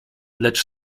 lecz